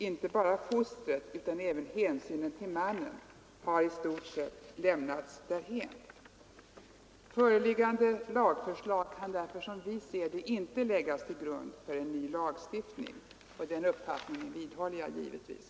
Inte bara fostret, utan även hänsynen till mannen, har i stort sett lämnats därhän.” Föreliggande lagförslag kan därför, som vi ser det, inte läggas till grund för en ny lagstiftning. Den uppfattningen vidhåller jag givetvis.